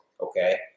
okay